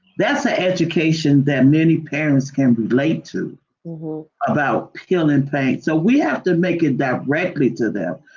that's the education that many parents can relate to about peeling paint, so we have to make it directly to them,